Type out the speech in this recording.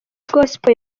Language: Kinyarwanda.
gospel